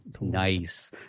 Nice